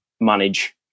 manage